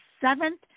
seventh